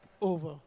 over